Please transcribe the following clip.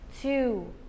two